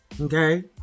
okay